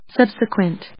Subsequent